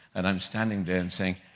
and i'm standing there and saying,